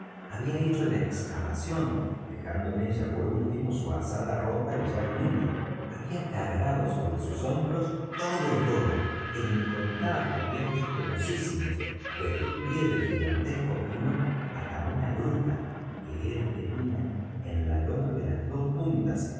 había hecho la excavación dejando en ella por último su azada rota y ya inútil había cargado sobre sus hombros todo el oro en incontables viajes penosísimos desde el pie del gigantesco pino hasta una gruta que él tenía en la loma de las dos puntas